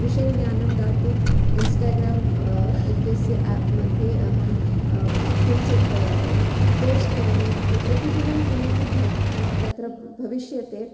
विषयज्ञानं दातुम् इन्स्टाग्राम् इत्यस्य एप्मध्ये अहं किञ्चित् पोस्ट् करोमि प्रतिदिनं किमपि भ तत्र भविष्यते